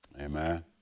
Amen